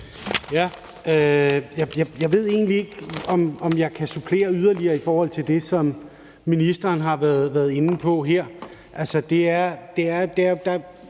Jeg ved egentlig ikke, om jeg kan supplere yderligere i forhold til det, som ministeren her har været inde på.